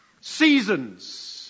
seasons